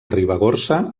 ribagorça